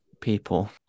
people